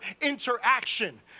interaction